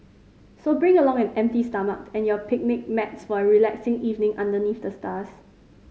so bring along an empty stomach and your picnic mats for a relaxing evening under the stars